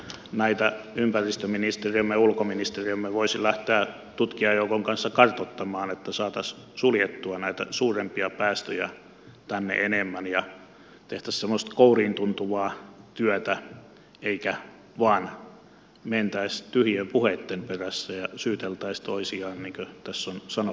näitä ympäristöministeriömme ja ulkoministeriömme voisi lähteä tutkijajoukon kanssa kartoittamaan että saataisiin suljettua näitä suurempia päästöjä tänne enemmän ja tehtäisiin semmoista kouriintuntuvaa työtä eikä vain mentäisi tyhjien puheitten perässä ja syyteltäisi toisiaan niin kuin tässä on sanottu